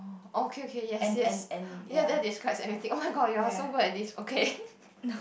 oh okay okay yes yes ya that describes everything oh-my-god you're so good at this okay